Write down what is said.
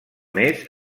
més